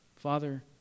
Father